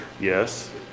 Yes